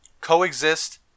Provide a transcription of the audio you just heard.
coexist